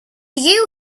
you